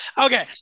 Okay